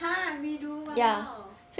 !huh! redo !walao!